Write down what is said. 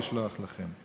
לשלוח לכם,